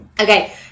okay